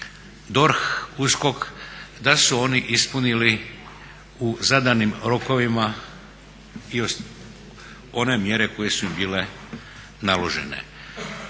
DORH, USKOK, da su oni ispunili u zadanim rokovima one mjere koje su im bile naložene.